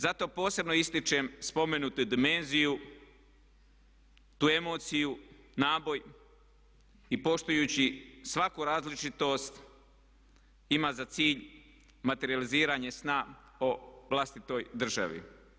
Zato posebno ističem spomenutu dimenziju tu emociju, naboj i poštujući svaku različitost ima za cilj materijaliziranje sna o vlastitoj državi.